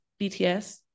bts